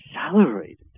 accelerated